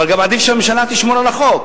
אבל גם עדיף שהממשלה תשמור על החוק.